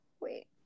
wait